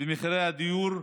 במחירי הדיור,